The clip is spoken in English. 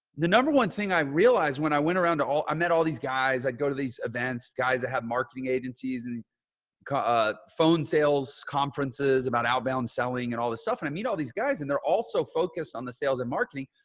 the number one thing i realized when i went around to all, i met all these guys, i'd go to these events guys that have marketing agencies and ah phone sales conferences about outbound selling and all this stuff. and i meet all these guys and they're also focused on the sales and marketing.